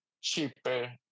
cheaper